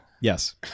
Yes